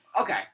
Okay